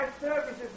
services